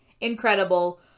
incredible